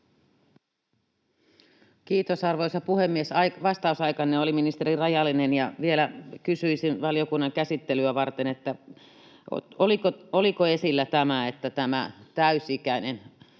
Kiitos, arvoisa puhemies! Vastausaikanne oli, ministeri, rajallinen, ja vielä kysyisin valiokunnan käsittelyä varten: oliko tämä, että täysikäinen olisi